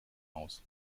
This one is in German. aus